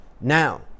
Now